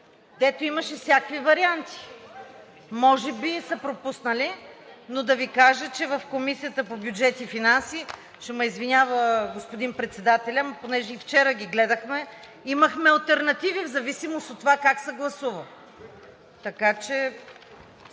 където имаше всякакви варианти. Може би са пропуснали, но да Ви, кажа, че в Комисията по бюджет и финанси, ще ме извинява, господин председателят, но понеже и вчера ги гледахме – имахме алтернативи в зависимост от това как се гласува,